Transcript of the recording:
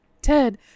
Ted